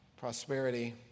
prosperity